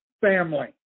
Family